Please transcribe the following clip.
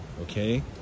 okay